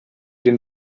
den